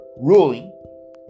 ruling